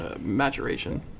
maturation